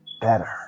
better